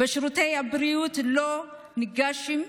בשירותי בריאות לא נגישים,